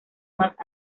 más